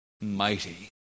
mighty